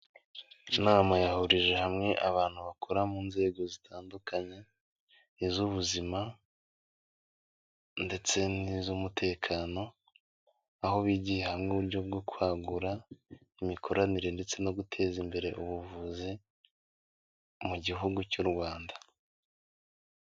Inama yahurije hamwe abantu bakora mu nzego zitandukanye, iz'ubuzima ndetse n'iz'umutekano, aho bigiye hamwe uburyo bwo kwagura imikoranire ndetse no guteza imbere ubuvuzi mu gihugu cy'u Rwanda.